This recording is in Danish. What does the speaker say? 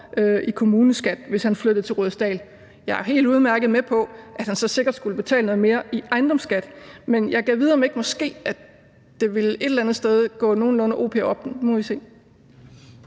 i kommuneskat. Jeg er helt udmærket med på, at han så sikkert skulle betale noget mere i ejendomsskat. Men gad vide, om det måske ikke et eller andet sted ville gå nogenlunde o p op. Nu må vi se.